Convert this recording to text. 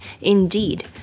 Indeed